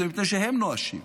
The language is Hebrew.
זה מפני שהם נואשים.